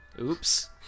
Oops